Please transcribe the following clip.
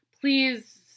please